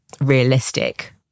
realistic